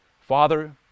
Father